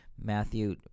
Matthew